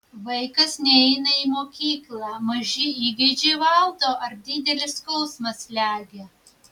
vaikas neina į mokyklą maži įgeidžiai valdo ar didelis skausmas slegia